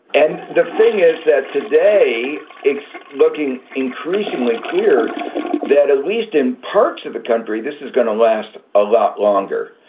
and the thing is that today it's looking increasingly clear that at least in parts of the country, this is going to last a lot longer.